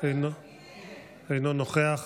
אינו נוכח,